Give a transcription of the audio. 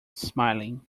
smiling